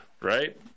Right